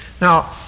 Now